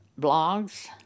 blogs